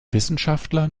wissenschaftler